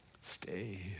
Stay